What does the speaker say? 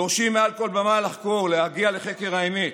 דורשים מעל כל במה לחקור, להגיע לחקר האמת,